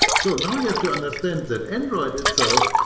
so now you have to understand that android itself,